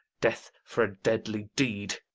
death for a deadly deed.